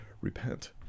repent